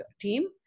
team